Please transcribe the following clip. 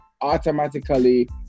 automatically